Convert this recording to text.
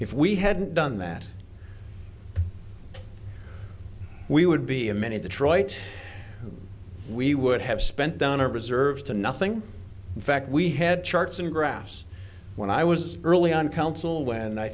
if we had done that we would be a many detroit we would have spent down our reserves to nothing in fact we had charts and graphs when i was early on council